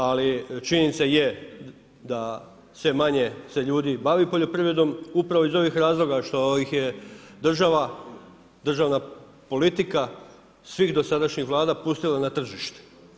Ali činjenica je da sve manje se ljudi bavi poljoprivredom upravo iz ovih razloga što ih je država, državna politika svih dosadašnjih Vlada pustila na tržište.